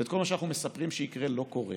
וכל מה שאנחנו מספרים שיקרה לא קורה.